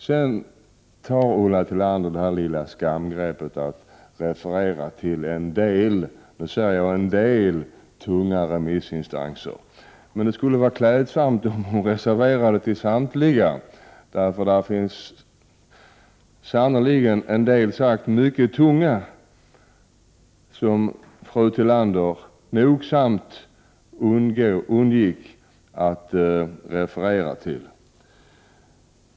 Sedan tog Ulla Tillander till skamgreppet att referera till en del tunga remissinstanser. Det skulle vara klädsamt om hon refererade till samtliga remissinstanser. Det finns en del mycket tunga remissinstanser som fru Tillander nogsamt undvek att referera till.